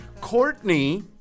Courtney